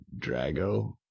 Drago